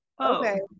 okay